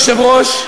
ברשות היושב-ראש,